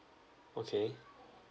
okay